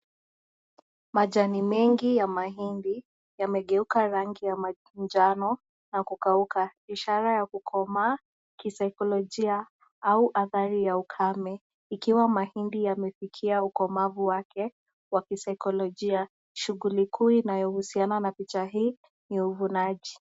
Majani mengi ya mahindi yamegeuka rangi ya manjano na kukauka ishara ya kukomaa kisaikolojia au adhali ya ukame ikiwa mahindi yamefikia ukomavu wake kwa kisaikolojia , shughuli kuu inayohusiana na picha hii ni uvunaji.